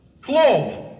Clove